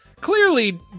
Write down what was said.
clearly